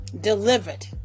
delivered